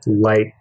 light